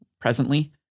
presently